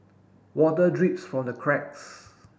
water drips from the cracks